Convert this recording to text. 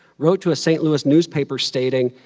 wrote to a st. louis newspaper stating,